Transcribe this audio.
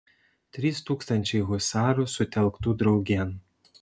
trys tūkstančiai husarų sutelktų draugėn